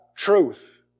truth